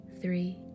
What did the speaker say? three